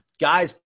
guys